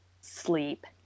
sleep